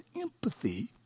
empathy